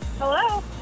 Hello